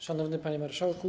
Szanowny Panie Marszałku!